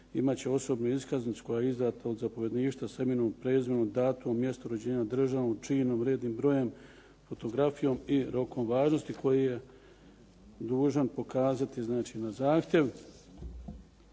imat će osobnu iskaznicu koja je izadta od zapovjedništva sa imenom prezimenom, datumom, mjestom rođenja, državnom, činom, rednim brojem, fotografijom i rokom važnosti koju je dužan pokazati na zahtjev.